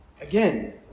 again